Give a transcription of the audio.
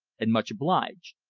and much obliged.